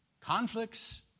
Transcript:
Conflicts